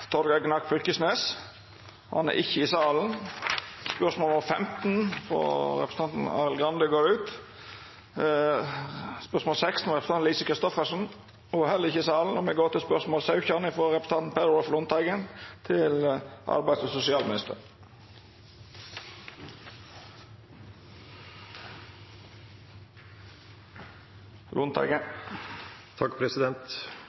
Torgeir Knag Fylkesnes. Han er ikkje i salen. Dette spørsmålet er trekt tilbake. Spørsmål nr. 16 er frå Lise Christoffersen. Ho er heller ikkje i salen, og me går til spørsmål